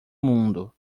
mundo